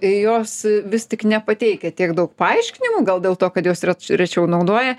jos vis tik nepateikia tiek daug paaiškinimų gal dėl to kad jos reč rečiau naudoja